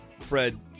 Fred